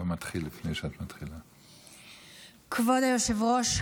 כבוד היושב-ראש,